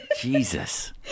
Jesus